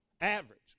average